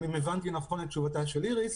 אם הבנתי נכון את תשובתה של איריס,